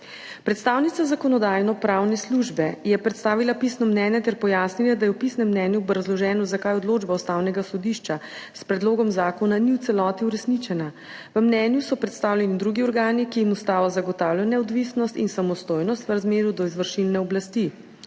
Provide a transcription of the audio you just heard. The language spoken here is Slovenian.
Predstavnica Zakonodajno-pravne službe je predstavila pisno mnenje ter pojasnila, da je v pisnem mnenju obrazloženo, zakaj odločba Ustavnega sodišča s predlogom zakona ni v celoti uresničena. V mnenju so predstavljeni drugi organi, ki jim ustava zagotavlja neodvisnost in samostojnost v razmerju do izvršilne oblasti.